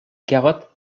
carottes